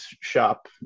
shop